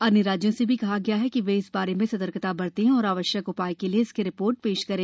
अन्य राज्यों से भी कहा गया है कि वे इस बारे में सतर्कता बरते और आवश्यक उपाय के लिए इसकी रिपोर्ट पेश करें